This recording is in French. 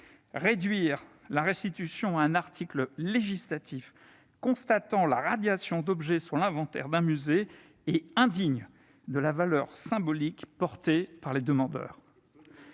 Réduire la restitution à un article législatif constatant la radiation d'objets sur l'inventaire d'un musée est indigne de la valeur symbolique portée par les demandes.